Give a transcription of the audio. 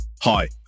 Hi